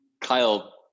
Kyle